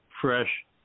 fresh